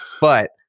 But-